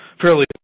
fairly